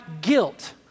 guilt